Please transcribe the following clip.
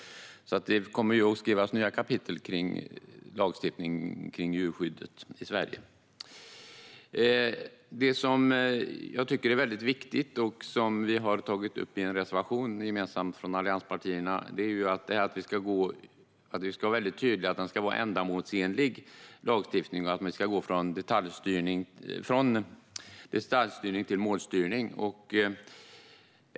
Det kommer att skrivas nya kapitel om djurskyddslagstiftningen i Sverige. Det som jag tycker är viktigt och som allianspartierna har tagit upp i en gemensam reservation är att lagstiftningen ska vara tydlig och ändamålsenlig och att vi ska gå från detaljstyrning till målstyrning.